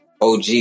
OG